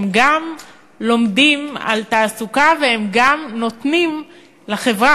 הם גם לומדים על תעסוקה, והם גם נותנים לחברה.